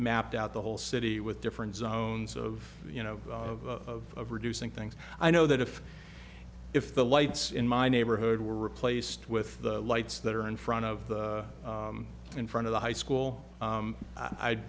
mapped out the whole city with different zones of you know of reducing things i know that if if the lights in my neighborhood were replaced with the lights that are in front of the in front of the high school